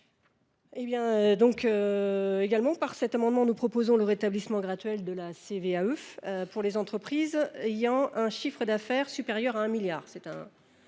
n° I 1186. Par cet amendement, nous proposons le rétablissement graduel de la CVAE pour les entreprises réalisant un chiffre d’affaires supérieur à 1 milliard